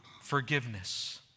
forgiveness